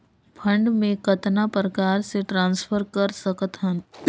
Fund मे कतना प्रकार से ट्रांसफर कर सकत हन?